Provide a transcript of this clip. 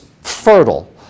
fertile